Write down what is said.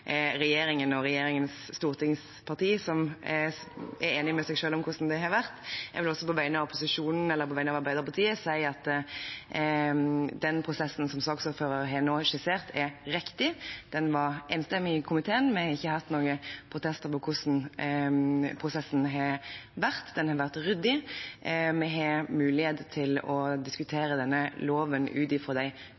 regjeringen og regjeringens stortingspartier som er enige med seg selv om hvordan det har vært. Jeg vil også på vegne av Arbeiderpartiet si at den prosessen som saksordføreren nå har skissert, er riktig. Den var enstemmig i komiteen. Vi har ikke hatt mange protester på hvordan prosessen har vært. Den har vært ryddig. Vi har muligheten til å